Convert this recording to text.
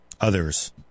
others